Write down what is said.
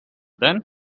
then